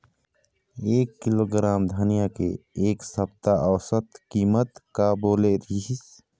एक किलोग्राम धनिया के एक सप्ता औसत कीमत का बोले रीहिस?